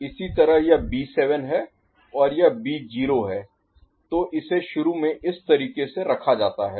इसी तरह यह B7 है और यह B0 है तो इसे शुरू में इस तरीके से रखा जाता है